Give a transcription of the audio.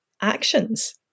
actions